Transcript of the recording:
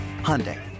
Hyundai